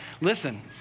listen